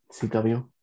CW